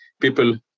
people